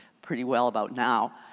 pretty well about now.